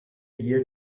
guia